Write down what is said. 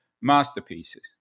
masterpieces